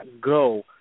go